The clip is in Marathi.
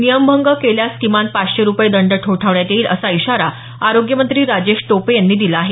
नियमभंग केल्यास किमान पाचशे रुपये दंड ठोठावण्यात येईल असा इशारा आरोग्यमंत्री राजेश टोपे यांनी दिला आहे